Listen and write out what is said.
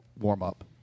warm-up